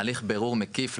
הליך בירור מקיף,